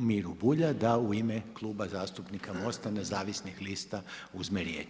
Miru Bulja da u ime Kluba zastupnika MOST-a nezavisnih lista uzme riječ.